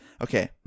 Okay